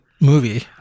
movie